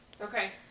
Okay